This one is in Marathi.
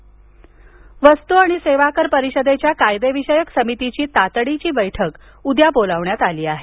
समिती वस्तू आणि सेवाकर परिषदेच्या कायदेविषयक समितीची तातडीची बैठक उद्या बोलाविण्यात आली आहे